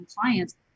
clients